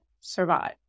survive